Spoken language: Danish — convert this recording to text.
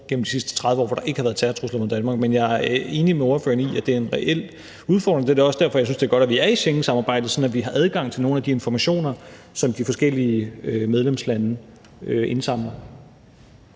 gennem de sidste 30 år, hvor der ikke har været terrortrusler mod Danmark, men jeg er enig med ordføreren i, at det er en reel udfordring. Det er da også derfor, jeg synes, det er godt, at vi er i Schengensamarbejdet, sådan at vi har adgang til nogle af de informationer, som de forskellige medlemslande indsamler.